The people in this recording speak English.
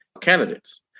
candidates